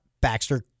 Baxter